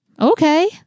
okay